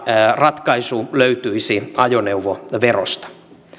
ratkaisu löytyisi ajoneuvoverosta